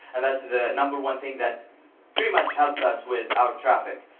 and that's the number one thing that pretty much helped us with our traffic